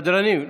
סדרנים,